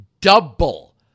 double